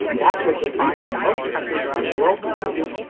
that's what you'll find in most countries around the world when deal. ooh.